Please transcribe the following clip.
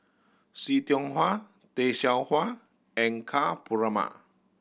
See Tiong Wah Tay Seow Huah and Ka Perumal